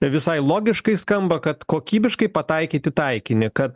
visai logiškai skamba kad kokybiškai pataikyt į taikinį kad